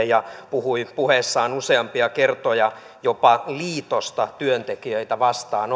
ja puhui puheessaan useampia kertoja jopa liitosta työntekijöitä vastaan